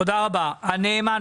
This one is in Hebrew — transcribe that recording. הנאמן,